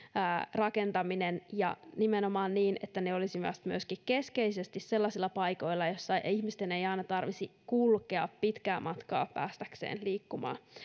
rakentamisen ja nimenomaan niin että ne myöskin olisivat keskeisesti sellaisilla paikoilla että ihmisten ei aina tarvitsisi kulkea pitkää matkaa päästäkseen liikkumaan